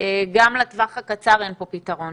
גם לטווח הקצר אין פה פתרון